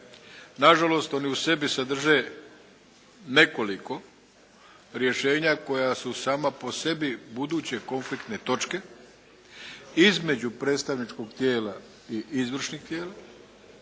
Na žalost ona u sebi sadrže nekoliko rješenja koja su sama po sebi buduće konfliktne točke između predstavničkih tijela i izvršnih tijela